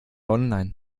online